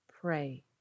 pray